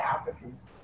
Africans